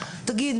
תגיד,